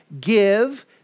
give